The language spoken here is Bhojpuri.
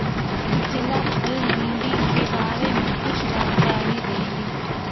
जिला फल मंडी के बारे में कुछ जानकारी देहीं?